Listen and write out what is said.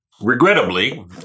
Regrettably